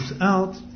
out